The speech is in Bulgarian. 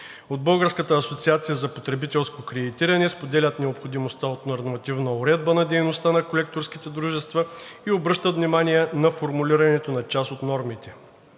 От Българската асоциация за потребителско кредитиране споделят необходимостта от нормативна уредба на дейността на колекторските дружества и обръщат внимание на формулирането на част от нормите.